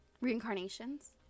reincarnations